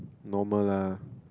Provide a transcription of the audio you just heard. normal lah